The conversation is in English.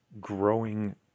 growing